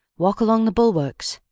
walk along the bulwarks!